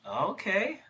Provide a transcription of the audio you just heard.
Okay